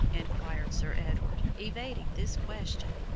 inquired sir edward, evading this question.